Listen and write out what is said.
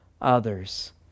others